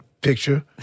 picture